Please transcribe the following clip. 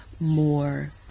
more